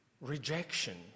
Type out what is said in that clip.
rejection